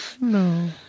No